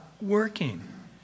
working